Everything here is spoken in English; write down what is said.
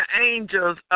angels